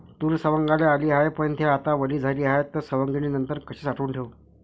तूर सवंगाले आली हाये, पन थे आता वली झाली हाये, त सवंगनीनंतर कशी साठवून ठेवाव?